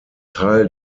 teil